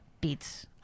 beats